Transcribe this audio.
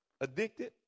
addicted